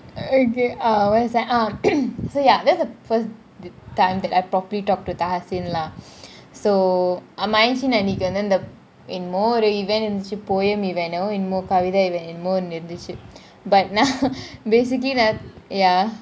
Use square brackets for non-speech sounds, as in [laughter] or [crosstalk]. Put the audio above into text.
okay ah where is that ah [coughs] so ya that's the first time that I properly talked to tahasen lah so அமைந்தசி அன்னிக்கி வந்து :amainsi aniki vanthu the என்னமோ :ennamo event என்னமோ :ennamo poem event என்னமோ கவிதா :ennamo kavitha event but now basically no~ ya